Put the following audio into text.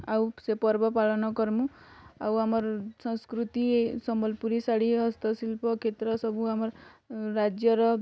ଆଉ ସେ ପର୍ବ ପାଳନ କର୍ମୁଁ ଆଉ ଆମର ସଂସ୍କୃତି ସମ୍ବଲପୁରୀ ଶାଢ଼ୀ ହସ୍ତଶିଳ୍ପ କ୍ଷେତ୍ର ସବୁ ଆମର୍ ରାଜ୍ୟର